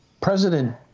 President